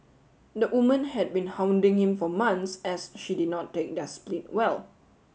the woman had been hounding him for months as she did not take their split well